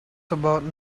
about